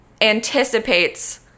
anticipates